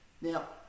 Now